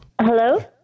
Hello